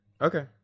Okay